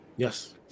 Yes